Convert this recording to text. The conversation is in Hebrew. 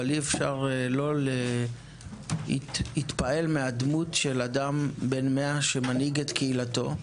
אבל אי-אפשר שלא להתפעל מהדמות של אדם בן 100 שמנהיג את קהילתו.